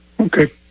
okay